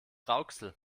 rauxel